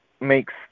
makes